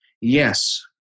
yes